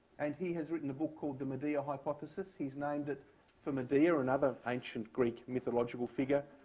and he has written a book called the medea hypothesis. he's named it for medea, another ancient greek mythological figure,